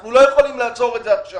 אנחנו לא יכולים לעצור את זה עכשיו.